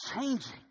changing